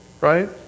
right